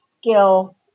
skill